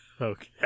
okay